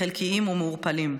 חלקיים ומעורפלים.